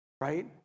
right